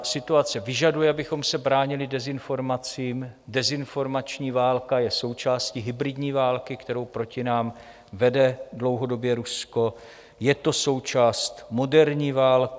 Situace vyžaduje, abychom se bránili dezinformacím, dezinformační válka je součástí hybridní války, kterou proti nám vede dlouhodobě Rusko, je to součást moderní války.